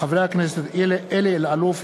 מאת חברי הכנסת אלי אלאלוף,